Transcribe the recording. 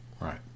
Right